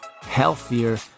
healthier